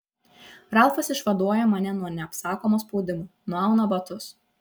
ralfas išvaduoja mane nuo neapsakomo spaudimo nuauna batus